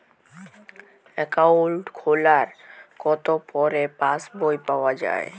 Account খোলার কতো পরে পাস বই পাওয়া য়ায়?